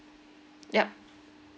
yup